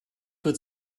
wird